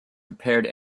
prepared